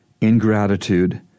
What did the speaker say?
ingratitude